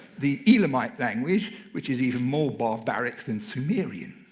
the elamite language which is even more barbaric than sumerian.